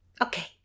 Okay